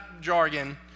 jargon